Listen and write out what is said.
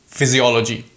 Physiology